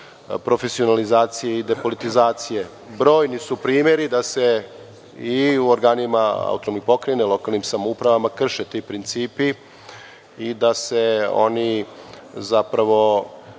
profesionalizacije i depolitizacije. Brojni su primeri da se i u organima AP i lokalnim samoupravama krše ti principi i da se oni zapravo